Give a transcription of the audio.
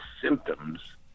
symptoms